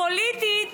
פוליטית,